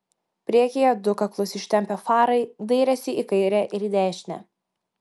priekyje du kaklus ištempę farai dairėsi į kairę ir į dešinę